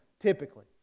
typically